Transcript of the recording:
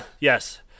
Yes